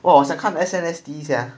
!wah! 我想看 S_N_S_D sia